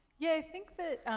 yeah, i think that.